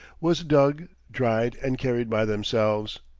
was dug, dried, and carried by themselves.